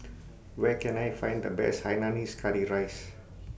Where Can I Find The Best Hainanese Curry Rice